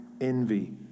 envy